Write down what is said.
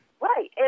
Right